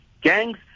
gangs